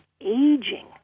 aging